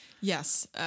Yes